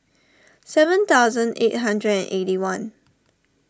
seven thousand eight hundred and eighty one